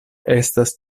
estas